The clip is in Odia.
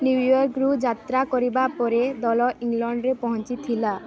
ନ୍ୟୁୟର୍କରୁ ଯାତ୍ରା କରିବା ପରେ ଦଳ ଇଂଲଣ୍ଡରେ ପହଞ୍ଚିଥିଲା